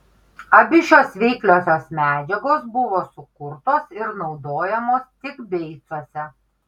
abi šios veikliosios medžiagos buvo sukurtos ir naudojamos tik beicuose